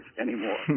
anymore